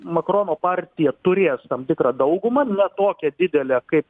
makrono partija turės tam tikrą daugumą ne tokią didelę kaip